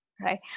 Right